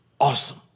awesome